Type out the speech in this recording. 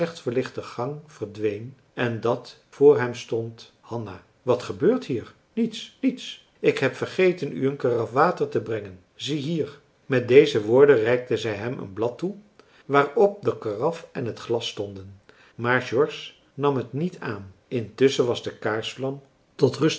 verlichten gang verdween en dat voor hem stond hanna wat gebeurt hier niets niets ik heb vergeten u een karaf water te brengen ziehier met deze woorden reikte zij hem een blad toe waar op de karaf en het glas stonden maar george nam het niet aan intusschen was de kaarsvlam tot rust